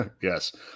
Yes